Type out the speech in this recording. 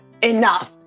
enough